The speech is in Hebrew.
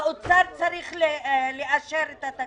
האוצר צריך לאשר את התקציב,